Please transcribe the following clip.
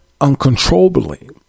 Uncontrollably